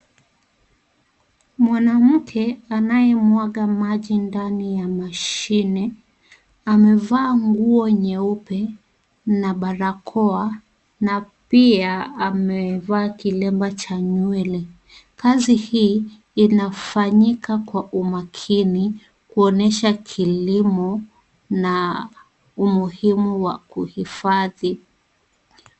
Mwanamke anaye mwaga maji ndani ya mashini, amevaa nguo nyeupe na barakoa na pia amevaa kilemba cha nywele. Kazi hii inafanyika kwa umakini, kuonesha kilimo na umuhimu wa kuhifadhi.